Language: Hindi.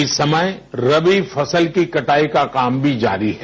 इस समय रबी फसल की कटाई का काम भी जारी है